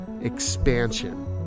expansion